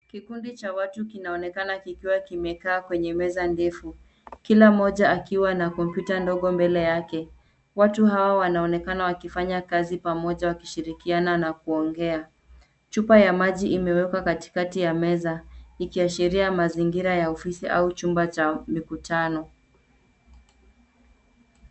Kikundi cha watu kinaonekana kikiwa kimekaa kwenye meza ndefu. Kila mmoja akiwa na kompyuta ndogo mbele yake, watu hao wanaonekana wakifanya kazi pamoja wakishirikiana na kuongea. Chupa ya maji imewkewa katikati ya meza ikiashiria mazingira ya ofisi au chumba cha mikutano.